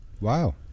Wow